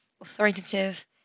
authoritative